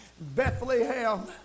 Bethlehem